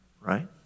Right